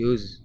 Use